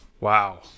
Wow